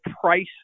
price